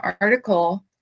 article